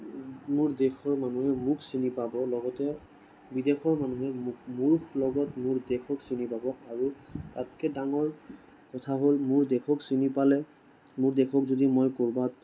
মোৰ দেশৰ মানুহে মোক চিনি পাব লগতে বিদেশৰ মানুহে মোক মোক লগত মোৰ দেশক চিনি পাব আৰু তাতকৈ ডাঙৰ কথা হ'ল মোৰ দেশক চিনি পালে মোৰ দেশক যদি মই ক'ৰবাত